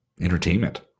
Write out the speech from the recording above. entertainment